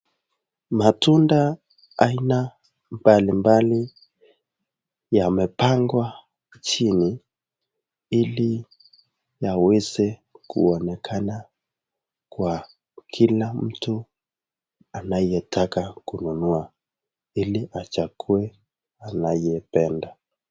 Matunda aina mbalimbali yamepangwa chini ili yaweze kuonekana kwa kila mtu anayetaka kununua ili achague anayopenda.